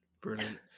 brilliant